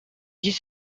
dix